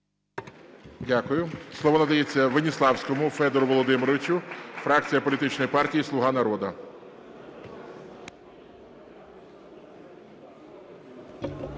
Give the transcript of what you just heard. Слово надається Веніславському Федору Володимировичу, фракція політичної партії "Слуга народу".